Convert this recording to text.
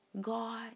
God